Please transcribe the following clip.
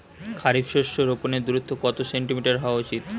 খারিফ শস্য রোপনের দূরত্ব কত সেন্টিমিটার হওয়া উচিৎ?